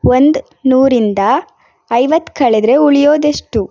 ಒಂದು ನೂರಿಂದ ಐವತ್ತು ಕಳೆದ್ರೆ ಉಳಿಯೋದೆಷ್ಟು